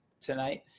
tonight